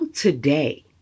today